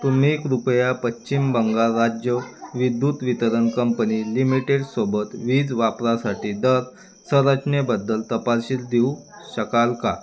तुम्ही कृपया पश्चिम बंगाल राज्य विद्युत वितरण कंपनी लिमिटेडसोबत वीज वापरासाठी दर संरचनेबद्दल तपशील देऊ शकाल का